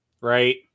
right